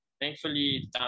thankfully